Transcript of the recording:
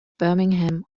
birmingham